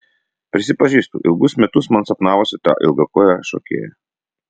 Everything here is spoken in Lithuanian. prisipažįstu ilgus metus man sapnavosi ta ilgakojė šokėja